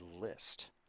list